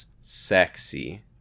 sexy